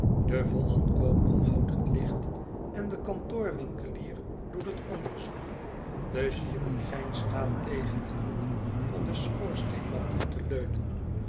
de voddenkoopman houdt het licht en de kantoorwinkelier doet het onderzoek de chirurgijn staat tegen een hoek van den schoorsteenmantel te leunen